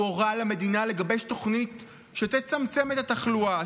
הוא הורה למדינה לגבש תוכנית שתצמצם את התחלואה,